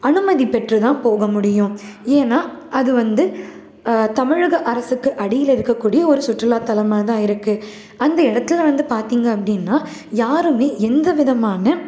அனுமதி பெற்று தான் போக முடியும் ஏன்னா அது வந்து தமிழக அரசுக்கு அடியில் இருக்கக்கூடிய ஒரு சுற்றுலா தலமாக தான் இருக்குது அந்த இடத்தில் வந்து பார்த்திங்க அப்படின்னா யாரும் எந்த விதமான